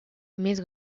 més